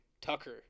Tucker